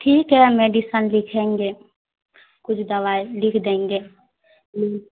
ٹھیک ہے میڈیسن لکھیں گے کچھ دوائی لکھ دیں گے